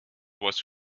was